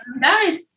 died